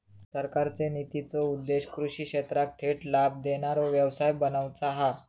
सरकारचे नितींचो उद्देश्य कृषि क्षेत्राक थेट लाभ देणारो व्यवसाय बनवुचा हा